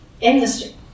industry